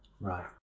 right